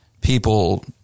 people